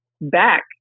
back